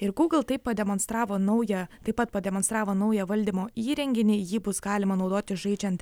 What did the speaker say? ir google taip pademonstravo naują taip pat pademonstravo naują valdymo įrenginį jį bus galima naudoti žaidžiant